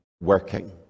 working